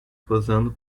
posando